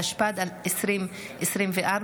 התשפ"ד 2024,